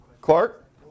Clark